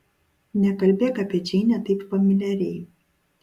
nekalbėk apie džeinę taip familiariai